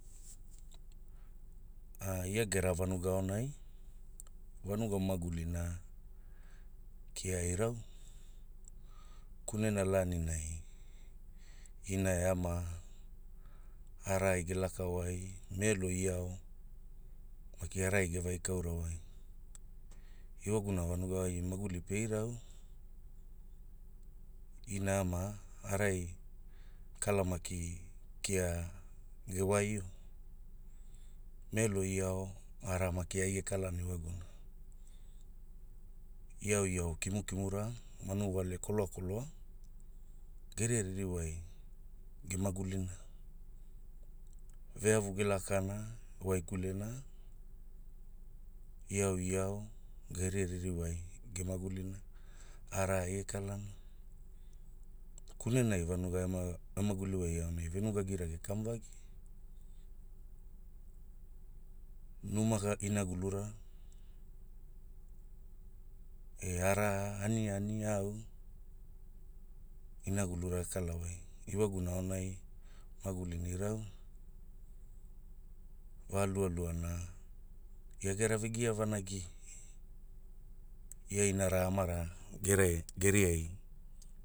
Ia gera vanuga aonai, vanuga magulina, kia irau, kunena lanilani, in e ama, araai ge laka wai Melo e iau, maki araai ge vai Kaura wai. Ewagumuna vanugai maguli pe irau, Ina Ama, araai, kala maki, kia, ge wai o, Melo Iau, araa maki ai ge kalana e wagumuna. Iauiau kimu kimura, manu wale koloa koloa, geria ririwa, ge magulina, ve avu ge lakana, ge waikulena, Iauiau geria ririwai ge magulina, araa ai ge kalana. Kunenai vanugai, emaa maguli wai aonai venugagirage kamuvagi. Numa inagulura, e araa aniani au, inagulura ga kalara wai, e wagumuna aonai, magulina irau. Va lua luana, ia gera ve gia vanagi, ia inara amara geriai.